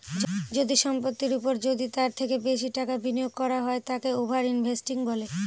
যদি সম্পত্তির ওপর যদি তার থেকে বেশি টাকা বিনিয়োগ করা হয় তাকে ওভার ইনভেস্টিং বলে